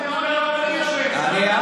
הוא מדבר, אני אדבר.